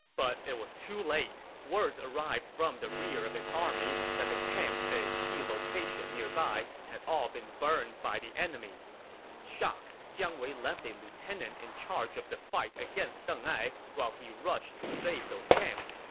but it was too late. word arrived from the rear of his army that the camps at a key location nearby had all been burned by the enemy shocked, jiang wei left a lieutenant in charge of the fight against deng ai while he rushed to save those camps.